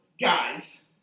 guys